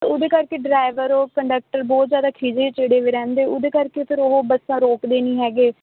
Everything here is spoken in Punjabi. ਅਤੇ ਉਹਦੇ ਕਰਕੇ ਡਰਾਈਵਰ ਉਹ ਕੰਡਕਟਰ ਬਹੁਤ ਜ਼ਿਆਦਾ ਖਿਝੇ ਚਿੜੇ ਵੇ ਰਹਿੰਦੇ ਉਹਦੇ ਕਰਕੇ ਫਿਰ ਉਹ ਬੱਸਾਂ ਰੋਕਦੇ ਨਹੀਂ ਹੈਗੇ